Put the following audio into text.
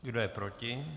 Kdo je proti?